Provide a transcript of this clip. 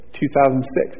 2006